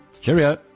cheerio